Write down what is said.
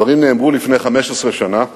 הדברים נאמרו לפני 15 שנה.